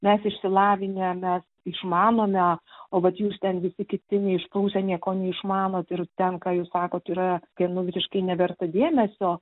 mes išsilavinę mes išmanome o vat jūs ten visi kiti neišprusę nieko neišmanot ir ten ką jūs sakot yra kai nu visiškai neverta dėmesio